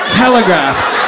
telegraphs